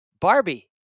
Barbie